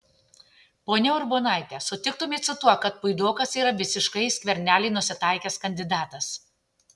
ponia urbonaite sutiktumėte su tuo kad puidokas yra visiškai į skvernelį nusitaikęs kandidatas